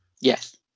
Yes